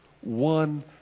one